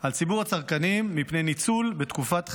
על ציבור הצרכנים מפני ניצול בתקופת חירום.